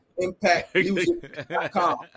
Impactmusic.com